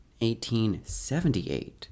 1878